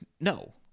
no